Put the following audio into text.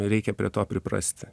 reikia prie to priprasti